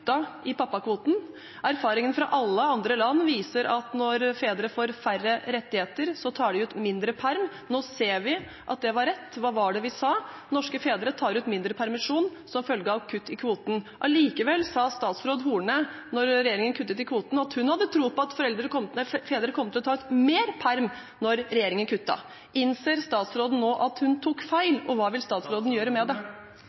i pappakvoten. Erfaringen fra alle andre land viser at når fedre får færre rettigheter, tar de ut mindre permisjon. Nå ser vi at det var rett – hva var det vi sa? Norske fedre tar ut mindre permisjon som følge av kutt i kvoten. Likevel sa statsråd Horne, da regjeringen kuttet i kvoten, at hun hadde tro på at fedre kom til å ta ut mer permisjon når regjeringen kuttet. Innser statsråden nå at hun tok feil, og hva vil statsråden gjøre med det?